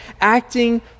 acting